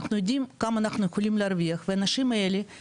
אנחנו יודעים כמה אנחנו יכולים להרוויח והאנשים האלה,